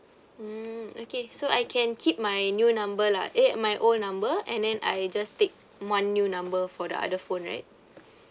mm okay so I can keep my new number lah eh my old number and then I just take one new number for the other phone right